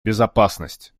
безопасность